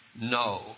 no